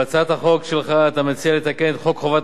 בהצעת החוק שלך אתה מציע לתקן את חוק חובת